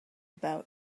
about